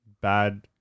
bad